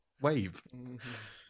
wave